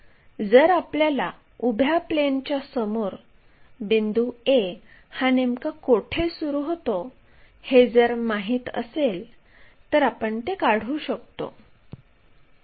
जर आपल्याला उभ्या प्लेनच्यासमोर बिंदू A हा नेमका कोठे सुरू होतो हे जर माहित असेल तर आपण ते काढू शकतो